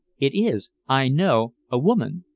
it is, i know, a woman.